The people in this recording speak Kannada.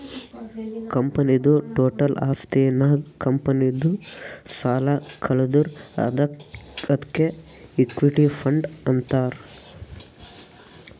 ಕಂಪನಿದು ಟೋಟಲ್ ಆಸ್ತಿ ನಾಗ್ ಕಂಪನಿದು ಸಾಲ ಕಳದುರ್ ಅದ್ಕೆ ಇಕ್ವಿಟಿ ಫಂಡ್ ಅಂತಾರ್